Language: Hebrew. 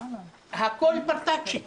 הכול פרטצ'י כאן,